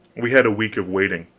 we had a week of waiting.